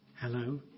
hello